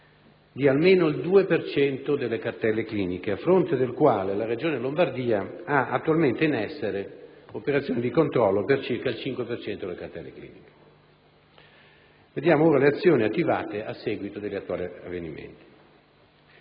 di almeno il 2 per cento delle cartelle cliniche, a fronte del quale la Regione Lombardia ha attualmente in essere operazioni di controllo per circa il 5 per cento delle cartelle cliniche. Vediamo ora le azioni attivate a seguito degli attuali avvenimenti.